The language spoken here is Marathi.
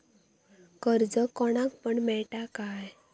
कर्ज कोणाक पण मेलता काय?